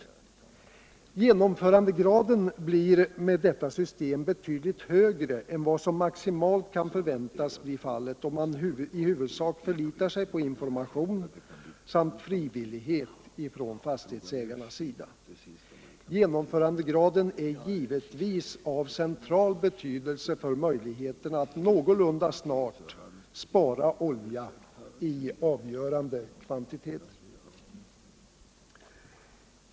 Genomförandegraden blir med detta system betydligt högre än vad som maximalt kan förväntas bli fallet, om man i huvudsak förlitar sig på information samt frivillighet från fastighetsägarnas sida. Genomförandegraden är givetvis av central betydelse för möjligheterna att någorlunda snart spara olja i avgörande kvantiteter.